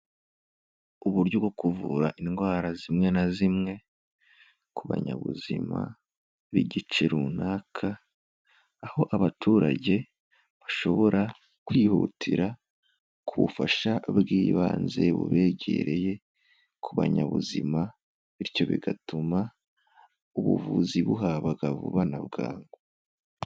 Uburyo bwo kuvura indwara zimwe na zimwe ku banyabuzima b'igice runaka, aho abaturage bashobora kwihutira ku bufasha bw'ibanze bubegereye, ku banyabuzima, bityo bigatuma ubuvuzi buhabwa vuba na bwangu.